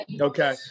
Okay